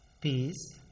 Peace